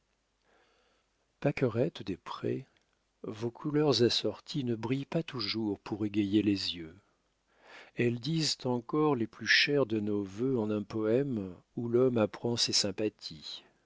paquerettes des prés vos couleurs assorties ne brillent pas toujours pour égayer les yeux elles disent encor les plus chers de nos vœux en un poème où l'homme apprend ses sympathies